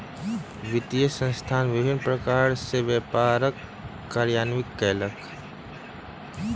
वित्तीय संस्थान विभिन्न प्रकार सॅ व्यापार कार्यान्वित कयलक